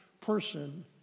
person